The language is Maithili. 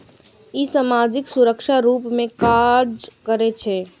ई सामाजिक सुरक्षाक रूप मे काज करै छै